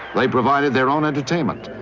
they provided their own entertainment,